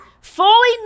Fully